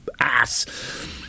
ass